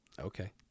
Okay